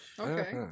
Okay